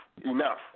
enough